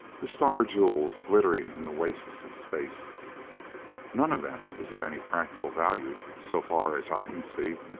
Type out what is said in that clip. the star-jewels glittering in the wastes of space none of them is of any practical value, so far as i can see,